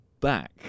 back